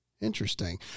Interesting